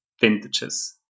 vintages